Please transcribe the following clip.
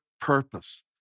purpose